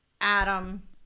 Adam